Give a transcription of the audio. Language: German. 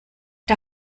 der